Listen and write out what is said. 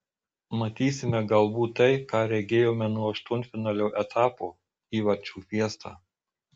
matysime galbūt tai ką regėjome nuo aštuntfinalio etapo įvarčių fiestą